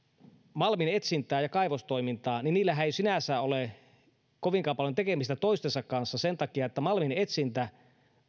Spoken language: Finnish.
malminetsintää ja kaivostoimintaa niin niillähän ei sinänsä ole kovinkaan paljon tekemistä toistensa kanssa sen takia että malminetsintä